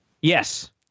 Yes